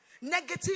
Negative